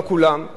לא כולם,